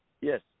Yes